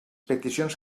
peticions